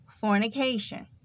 fornication